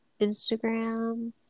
Instagram